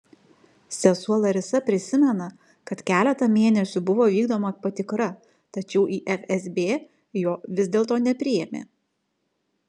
sesuo larisa prisimena kad keletą mėnesių buvo vykdoma patikra tačiau į fsb jo vis dėlto nepriėmė